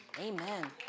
Amen